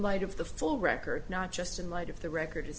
light of the full record not just in light of the record